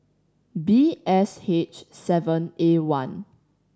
B S H seven A one